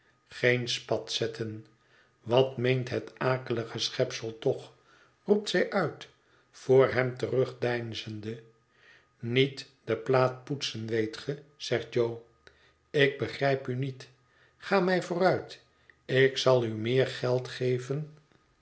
geen spat zetten wat meent het akelige schepsel toch roept zij uit voor hem terugdeinzende niet de plaat poetsen weet ge zegt jo ik begrijp u niet ga mij vooruit ik zal u meer geld geven